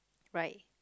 right